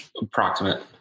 approximate